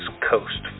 coast